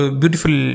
beautiful